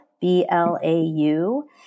B-L-A-U